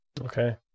Okay